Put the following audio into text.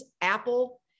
Apple